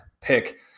pick